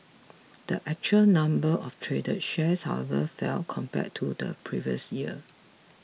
the actual number of traded shares however fell compared to the previous year